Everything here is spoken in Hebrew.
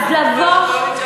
למה, מה הוא אמר?